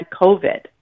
COVID